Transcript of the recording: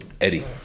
Eddie